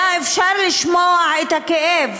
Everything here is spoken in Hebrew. היה אפשר לשמוע את הכאב